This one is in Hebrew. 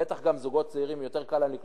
בטח גם לזוגות צעירים יותר קל לקנות